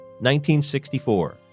1964